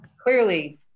clearly